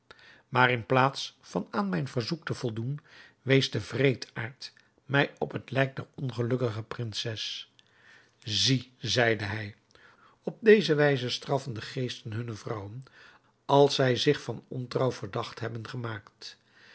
maar in plaats van aan mijn verzoek te voldoen wees de wreedaard mij op het lijk der ongelukkige prinses zie zeide hij op deze wijze straffen de geesten hunne vrouwen als zij zich van ontrouw verdacht hebben gemaakt